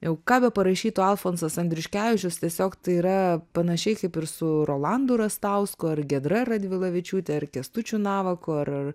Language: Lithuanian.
jau ką beparašytų alfonsas andriuškevičius tiesiog tai yra panašiai kaip ir su rolandu rastausku ar giedra radvilavičiūte ar kęstučiu navaku ar